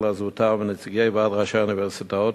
הזוטר ונציגי ועד ראשי האוניברסיטאות,